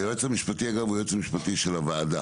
היועץ המשפטי הוא של הוועדה,